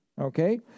okay